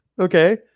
Okay